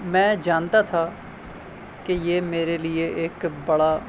میں جانتا تھا کہ یہ میرے لیے ایک بڑا